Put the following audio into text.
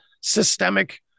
systemic